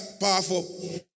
powerful